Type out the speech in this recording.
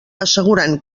assegurant